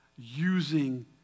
using